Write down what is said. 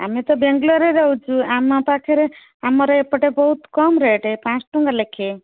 ଆମେ ତ ବେଙ୍ଗଲୋରରେ ରହୁଛୁ ଆମ ପାଖରେ ଆମର ଏପଟେ ବହୁତ କମ୍ ରେଟ୍ ପାଞ୍ଚ ଟଙ୍କା ଲାଖେ